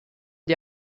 die